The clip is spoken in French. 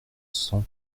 cent